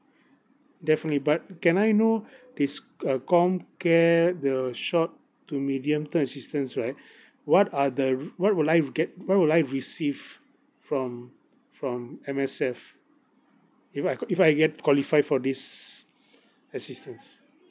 definitely but can I know this uh comcare the short to medium term assistance right what are the rul~ what will I get what will I receive from from M_S_F if I could if I get qualified for this assistance